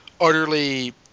utterly